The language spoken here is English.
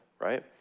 right